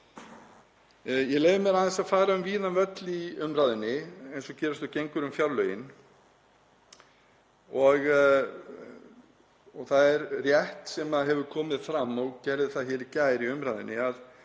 Ég leyfi mér aðeins að fara um víðan völl í umræðunni eins og gerist og gengur um fjárlögin. Það er rétt sem hefur komið fram og gerði það hér í gær í umræðunni að